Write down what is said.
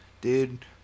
dude